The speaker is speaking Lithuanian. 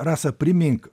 rasa primink